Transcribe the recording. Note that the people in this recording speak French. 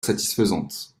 satisfaisante